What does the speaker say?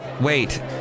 Wait